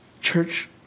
Church